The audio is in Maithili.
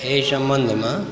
एहि सम्बन्धमे